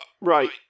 Right